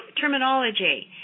terminology